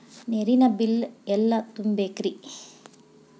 ನೇರಿನ ಬಿಲ್ ಎಲ್ಲ ತುಂಬೇಕ್ರಿ?